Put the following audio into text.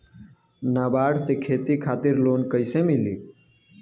नाबार्ड से खेती खातिर लोन कइसे मिली?